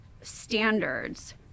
standards